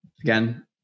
again